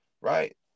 right